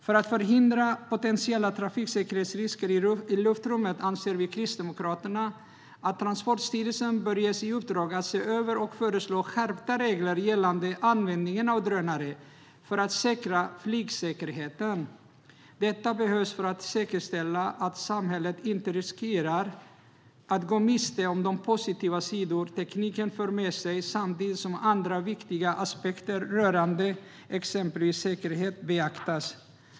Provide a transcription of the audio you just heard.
För att förhindra potentiella trafiksäkerhetsrisker i luftrummet anser vi kristdemokrater att Transportstyrelsen bör ges i uppdrag att se över och föreslå skärpta regler gällande användningen av drönare för att säkra flygsäkerheten. Detta behövs för att säkerställa att samhället inte riskerar att gå miste om de positiva sidor som tekniken för med sig, samtidigt som andra viktiga aspekter rörande exempelvis säkerhet beaktas.